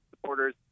supporters